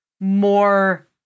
more